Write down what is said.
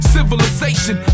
Civilization